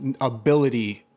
ability